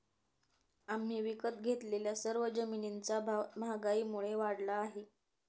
आम्ही विकत घेतलेल्या सर्व जमिनींचा भाव महागाईमुळे वाढला आहे